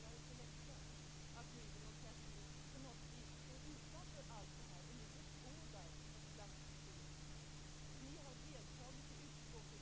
Självfallet står Vänsterpartiet bakom motion Jo249, som behandlas i detta betänkande, men jag avstår från att yrka bifall till den. Vänsterpartiet ansluter sig till de socialdemokratiska reservationerna till betänkandet.